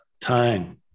time